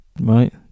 Right